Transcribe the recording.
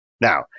now